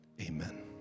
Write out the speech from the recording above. amen